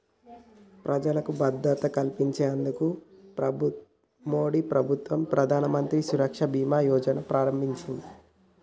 ప్రజలకు భద్రత కల్పించేందుకు మోదీప్రభుత్వం ప్రధానమంత్రి సురక్ష బీమా యోజనను ప్రారంభించినాది